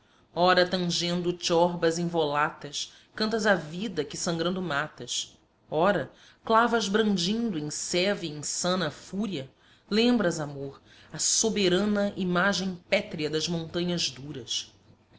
ora tangendo tiorbas em volatas cantas a vida que sangrando matas ora clavas brandindo em seva e insana fúria lembras amor a soberana imagem pétrea das montanhas duras